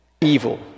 evil